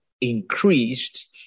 increased